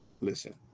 Listen